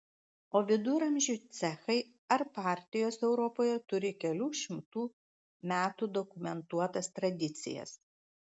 o viduramžių cechai ar partijos europoje turi kelių šimtų metų dokumentuotas tradicijas